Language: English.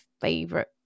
favorite